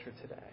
today